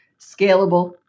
scalable